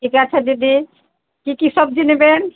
ঠিক আছে দিদি কী কী সবজি নেবেন